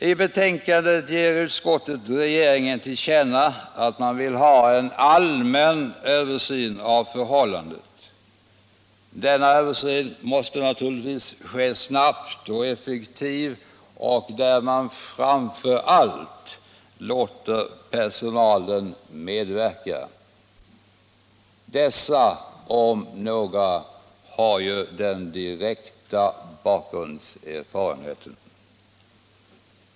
I betänkandet ger utskottet regeringen till känna att man vill ha en allmän översyn av förhållandena. Denna översyn måste naturligtvis ske snabbt och effektivt, och framför allt skall man låta personalen medverka. Personalen om någon har ju den direkta bakgrundserfarenheten.